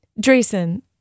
Drayson